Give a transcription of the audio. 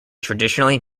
traditionally